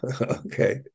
Okay